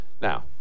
Now